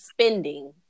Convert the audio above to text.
spending